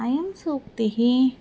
अयं सूक्तिः